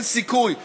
אין סיכוי.